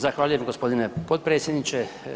Zahvaljujem gospodine potpredsjedniče.